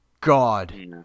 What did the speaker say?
god